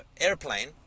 airplane